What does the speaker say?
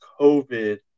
COVID